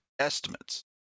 estimates